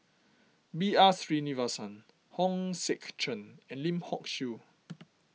B R Sreenivasan Hong Sek Chern and Lim Hock Siew